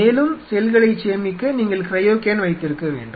மேலும் செல்களைச் சேமிக்க நீங்கள் கிரையோகேன் வைத்திருக்க வேண்டும்